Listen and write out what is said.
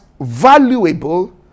valuable